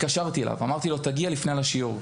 התקשרתי אליו אמרתי לו תגיע לפני השיעור.